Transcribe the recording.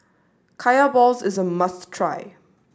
Kaya Balls is a must try